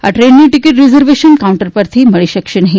આ ટ્રેનની ticket reservation counter પરથી મળી શકશે નહી